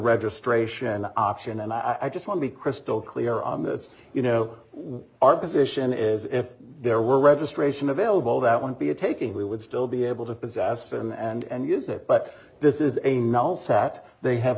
registration option and i just want to be crystal clear on this you know what our position is if there were registration available that would be a taking we would still be able to possess them and use it but this is a null sat they have